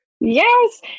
yes